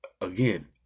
Again